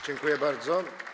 Dziękuję bardzo.